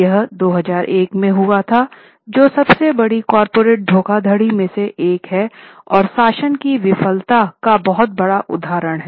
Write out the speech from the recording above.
यह 2001 में हुआ था जो सबसे बड़ी कॉर्पोरेट धोखाधड़ी में से एक है और शासन की विफलता का बहुत बड़ा उदारण है